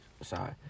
sorry